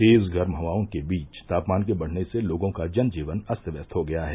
तेज गर्म हवाओं के बीच तापमान के बढ़ने से लोगों का जन जीवन अस्त व्यस्त हो गया है